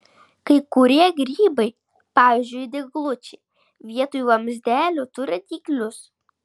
kai kurie grybai pavyzdžiui dyglučiai vietoj vamzdelių turi dyglius